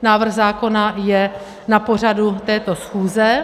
Návrh zákona je na pořadu této schůze.